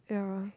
yeah